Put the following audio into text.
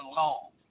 long